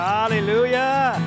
Hallelujah